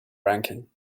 ranking